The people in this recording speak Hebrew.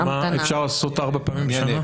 יש לנו משרד הבריאות, אפשר לעשות ארבע פעמים בשנה?